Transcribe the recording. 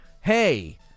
hey